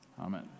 Amen